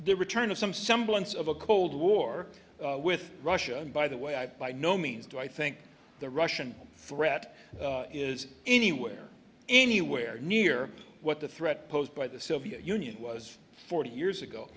the return of some semblance of a cold war with russia by the way i by no means do i think the russian threat is anywhere anywhere near what the threat posed by the soviet union was forty years ago